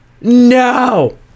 No